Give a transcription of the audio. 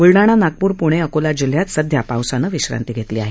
ब्लडाणा नागपूर प्णे अकोला जिल्ह्यात सध्या पावसानं विश्रांती घेतली आहे